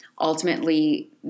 Ultimately